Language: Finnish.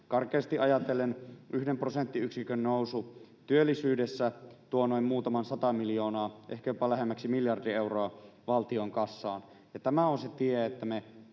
Karkeasti ajatellen 1 prosenttiyksikön nousu työllisyydessä tuo noin muutaman sata miljoonaa, ehkä jopa lähemmäksi miljardi euroa valtion kassaan. Tämä on se tie, jolla me